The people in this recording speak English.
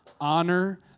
Honor